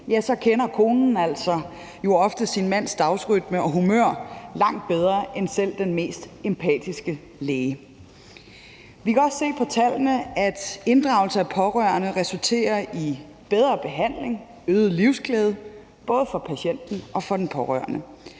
kender konen jo ofte sin mands dagsrytme og humør langt bedre en selv den mest empatiske læge. Vi kan også se på tallene, at inddragelse af pårørende resulterer i bedre behandling og øget livsglæde, både for patienten og for den pårørende.